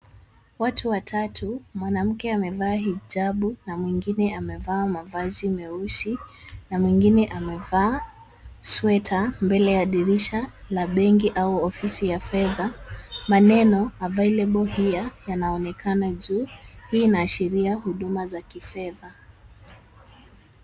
Watu watatu, mwanamke amevaa hijabu na mwingine amevaa mavazi meusi na mwingine amevaa sweta mbele ya dirisha la benki au ofisi ya fedha. Maneno available here yanaonekana juu. Hii inaashiria huduma za kifedha.